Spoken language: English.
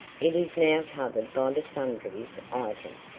it is now covered by the sundries item,